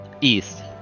east